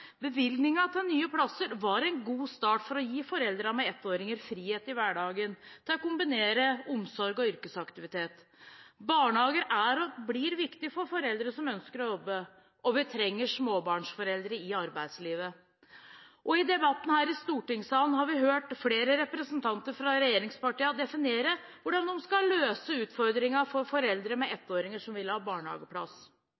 Bevilgningen til nye plasser var en god start for å gi foreldre med ettåringer frihet i hverdagen til å kombinere omsorg og yrkesaktivitet. Barnehager er og blir viktige for foreldre som ønsker å jobbe, og vi trenger småbarnsforeldre i arbeidslivet. I debatten her i stortingssalen har vi hørt flere representanter fra regjeringspartiene definere hvordan de skal løse utfordringer for foreldre med